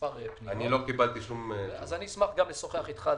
אני אבדוק את העניין הזה.